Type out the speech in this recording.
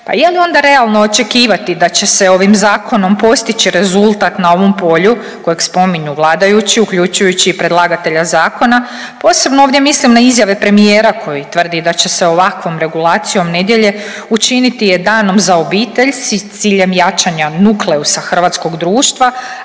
pa je li onda realno očekivati da će se ovim zakonom postići rezultat na ovom polju kojeg spominju vladajući uključujući i predlagatelja zakona, posebno ovdje mislim na izjave premijera koji tvrdi da će se ovakvom regulacijom nedjelje učiniti je danom za obitelj s ciljem jačanja nukleusa hrvatskog društva,